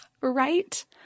Right